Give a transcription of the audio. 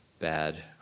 bad